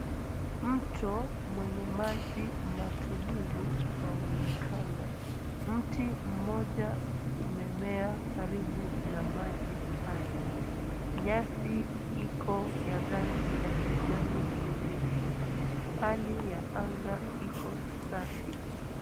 Mto mwenye maji matulivu unaonekana. Mti mmoja umemea karibu na maji haya. Nyasi iko ya rangi ya kijani kibichi. Hali ya anga iko safi.